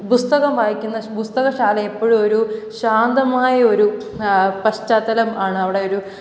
പുസ്തകം വായിക്കുന്ന പുസ്തകശാല എപ്പോഴും ഒരു ശാന്തമായ ഒരു പശ്ചാത്തലം ആണ് അവിടെ ഒരു